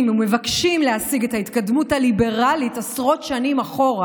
או מבקשים להסיג את ההתקדמות הליברלית עשרות שנים אחורה,